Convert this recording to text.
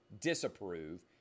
disapprove